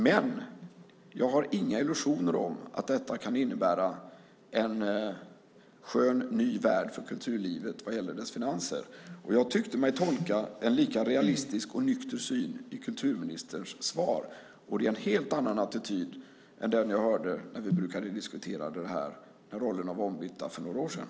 Men jag har inga illusioner om att detta kan innebära en skön, ny värld för kulturlivet vad gäller dess finanser. Jag tyckte mig tolka en lika realistisk och nykter syn i kulturministerns svar, och det är en helt annan attityd än den jag hörde när vi brukade diskutera det här när rollerna var ombytta för några år sedan.